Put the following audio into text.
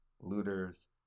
looters